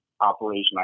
operation